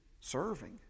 Serving